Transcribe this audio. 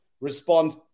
respond